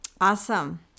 Awesome